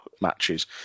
matches